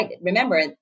Remember